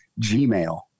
Gmail